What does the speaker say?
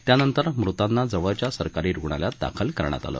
त्यानंतर मृतांना जवळच्या सरकारी रुग्णालयात दाखल करण्यात आलं